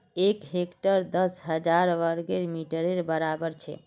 एक हेक्टर दस हजार वर्ग मिटरेर बड़ाबर छे